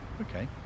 Okay